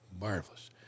marvelous